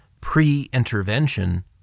pre-intervention